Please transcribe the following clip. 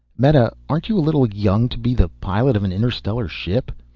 meta, aren't you a little young to be the pilot of an interstellar ship?